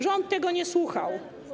Rząd tego nie słuchał.